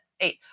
eight